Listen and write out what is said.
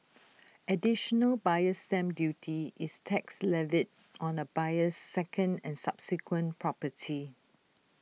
additional buyer's stamp duty is tax levied on A buyer's second and subsequent property